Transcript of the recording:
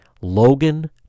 Logan